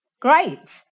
Great